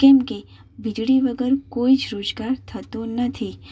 કેમ કે વીજળી વગર કોઈ જ રોજગાર થતો નથી